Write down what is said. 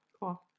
Cool